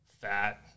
fat